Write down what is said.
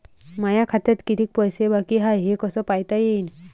माया खात्यात कितीक पैसे बाकी हाय हे कस पायता येईन?